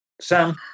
Sam